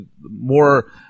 more